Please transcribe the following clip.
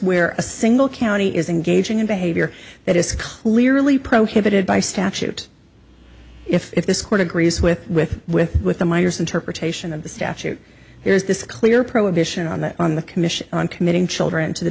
where a single county is engaging in behavior that is clearly prohibited by statute if this court agrees with with with with the minors interpretation of the statute there is this clear prohibition on that on the commission on committing children to the